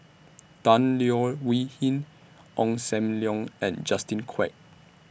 Tan Leo Wee Hin Ong SAM Leong and Justin Quek